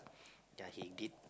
yea he did